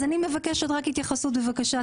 אני מבקשת התייחסות בבקשה,